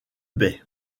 bay